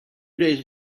days